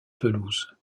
pelouse